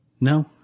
No